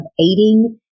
aiding